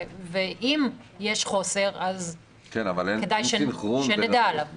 אם יש חוסר אז כדאי שנדע עליו.